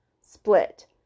split